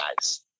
guys